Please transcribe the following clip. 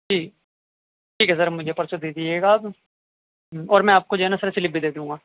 جی ٹھیک ہے سر مجھے پرسوں دے دیجیے گا آپ اور میں آپ کو جو ہے نہ سر سلپ بھی دے دوں گا